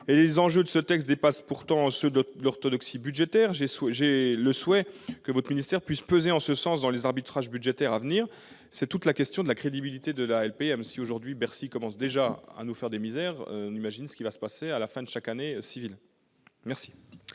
Les enjeux de ce texte dépassent pourtant ceux de l'orthodoxie budgétaire et j'émets le souhait que votre ministère puisse peser en ce sens dans les arbitrages budgétaires à venir. C'est toute la question de la crédibilité de la loi de programmation militaire. Si aujourd'hui Bercy commence déjà à nous faire des misères, imaginez ce qu'il va se passer à la fin de chaque année civile !